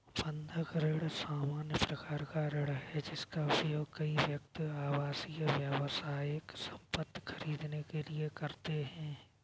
बंधक ऋण सामान्य प्रकार का ऋण है, जिसका उपयोग कई व्यक्ति आवासीय, व्यावसायिक संपत्ति खरीदने के लिए करते हैं